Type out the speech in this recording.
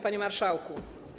Panie Marszałku!